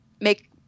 make